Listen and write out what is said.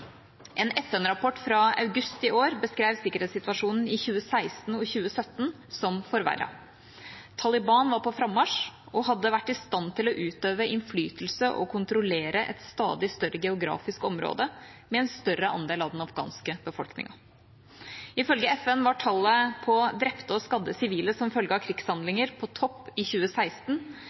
En FN-rapport fra august i år beskrev sikkerhetssituasjonen i 2016 og 2017 som forverret. Taliban var på frammarsj og hadde vært i stand til å utøve innflytelse og kontrollere et stadig større geografisk område med en større andel av den afghanske befolkningen. Ifølge FN var tallet på drepte og skadde sivile som følge av krigshandlinger på topp i 2016.